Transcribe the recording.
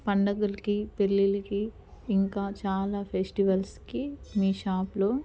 పండగలకి పెళ్ళిళ్ళకి ఇంకా చాలా ఫెస్టివల్స్కి మీ షాప్లో